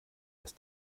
das